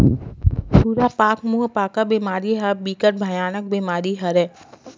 खुरपका मुंहपका बेमारी ह बिकट भयानक बेमारी हरय